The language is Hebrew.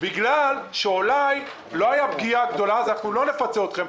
בגלל שאולי לא הייתה פגיעה גדולה אז אנחנו לא נפצה אתכם.